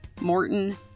Morton